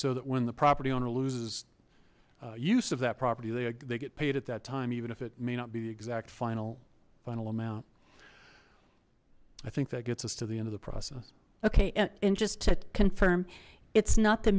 so that when the property owner loses use of that property they get paid at that time even if it may not be the exact final final amount i think that gets us to the end of the process okay and just to confirm it's not the